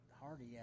Hardy